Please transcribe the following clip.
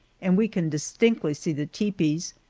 and we can distinctly see the tepees,